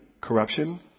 Corruption